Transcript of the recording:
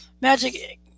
Magic